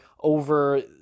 over